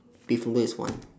beef noodle is one